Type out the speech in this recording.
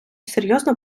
серйозно